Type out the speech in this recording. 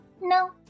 No